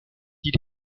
dit